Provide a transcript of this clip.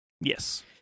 Yes